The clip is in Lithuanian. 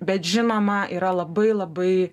bet žinoma yra labai labai